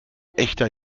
echter